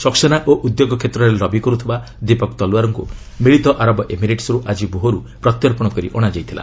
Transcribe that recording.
ସକ୍ସେନା ଓ ଉଦ୍ୟୋଗ କ୍ଷେତ୍ରରେ ଲବି କରୁଥିବା ଦୀପକ ତଲୱାର୍ଙ୍କୁ ମିଳିତ ଆରବ ଏମିରେଟସ୍ରୁ ଆକି ଭୋର୍ରୁ ପ୍ରତ୍ୟର୍ପଣ କରି ଅଣାଯାଇଥିଲା